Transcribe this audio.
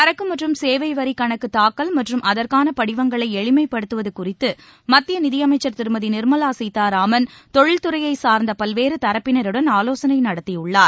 சரக்கு மற்றும் சேவை வரி கணக்கு தாக்கல் மற்றும் அதற்கான படிவங்களை எளிமைப்படுத்துவது குறித்து மத்திய நிதியமைச்சர் திருமதி நிர்மலா சீதாராமன் தொழில் துறையைச் சார்ந்த பல்வேறு தரப்பினருடன் ஆலோசனை நடத்தியுள்ளார்